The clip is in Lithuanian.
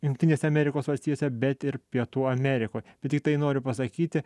jungtinėse amerikos valstijose bet ir pietų amerikoj bet tiktai noriu pasakyti